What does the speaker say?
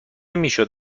میشد